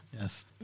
Yes